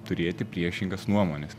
turėti priešingas nuomones